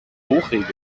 hochregeln